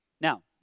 Now